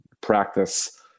practice